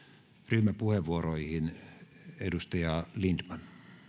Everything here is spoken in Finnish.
ryhmäpuheenvuoroihin edustaja lindtman